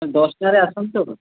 ଦଶଟାରେ ଆସନ୍ତୁ